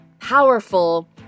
powerful